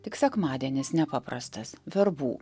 tik sekmadienis nepaprastas verbų